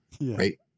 right